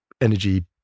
energy